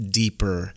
deeper